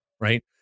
Right